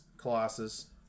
Colossus